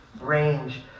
range